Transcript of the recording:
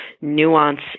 nuance